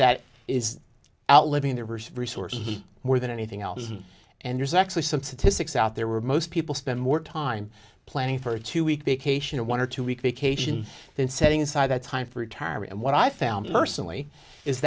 that is outliving their first resource more than anything else and there's actually some statistics out there were most people spend more time planning for a two week vacation a one or two week vacation than setting aside that time for retirement and what i found mercenary is